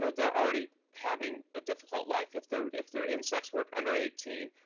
so they're already having a difficult life, if they're if they're in sex work, under eighteen,